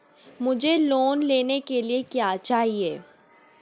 मुझे लोन लेने के लिए क्या चाहिए?